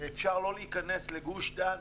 אפשר לא להיכנס לגוש דן,